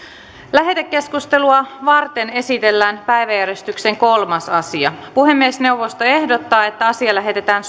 lähetekeskustelua varten esitellään päiväjärjestyksen kolmas asia puhemiesneuvosto ehdottaa että asia lähetetään